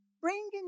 bringing